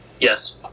Yes